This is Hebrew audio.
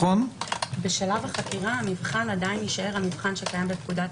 בשלב החקירה המבחן עדיין יישאר המבחן שקיים בפקודת